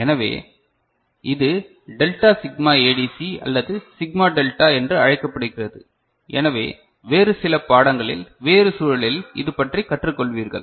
எனவே இது delta sigma ADC அல்லது சிக்மா டெல்டா என்று அழைக்கப்படுகிறது எனவே வேறு சில பாடங்களில் வேறு சூழலில் இது பற்றி கற்றுக் கொள்வீர்கள்